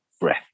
breath